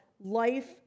life